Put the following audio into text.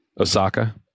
Osaka